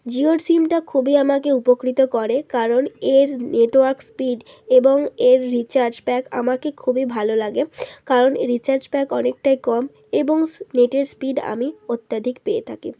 জিওর সিমটা খুবই আমাকে উপকৃত করে কারণ এর নেটওয়ার্ক স্পীড এবং এর রিচার্জ প্যাক আমাকে খুবই ভালো লাগে কারণ রিচার্জ প্যাক অনেকটাই কম এবং স নেটের স্পীড আমি অত্যাধিক পেয়ে থাকি